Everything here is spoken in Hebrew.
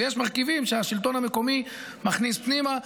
ויש מרכיבים שהשלטון המקומי מכניס פנימה.